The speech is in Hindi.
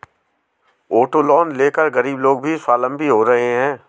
ऑटो लोन लेकर गरीब लोग भी स्वावलम्बी हो रहे हैं